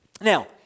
Now